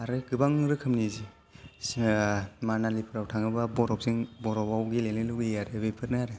आरो गोबां रोखोमनि मानालिफोराव थाङोबा बरफजों बरफआव गेलेनो लुगैयो बेफोरनो आरो